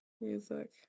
music